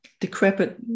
decrepit